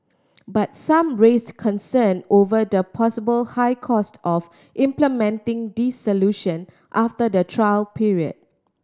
but some raised concern over the possible high cost of implementing these solution after the trial period